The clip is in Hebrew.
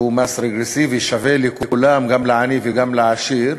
שהוא מס רגרסיבי, שווה לכולם, גם לעני וגם לעשיר,